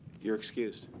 you're excused.